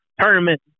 tournament